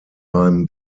beim